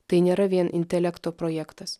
tai nėra vien intelekto projektas